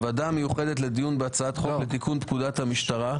הוועדה המיוחדת לדיון בהצעת חוק לתיקון פקודת המשטרה.